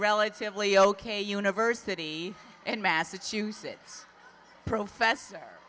relatively ok university and massachusetts professor